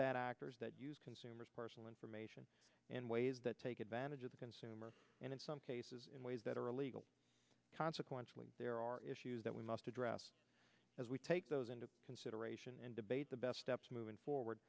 bad actors that use consumers personal information in ways that take advantage of the consumer and in some cases in ways that are illegal consequentially there are issues that we must address as we take those into consideration and debate the best steps moving forward